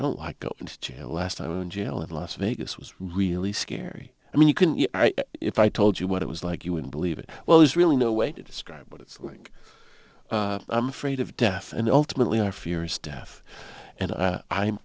don't like go into jail last i was in jail in las vegas was really scary i mean you can if i told you what it was like you wouldn't believe it well there's really no way to describe what it's like i'm afraid of death and ultimately our fears death and